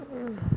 hmm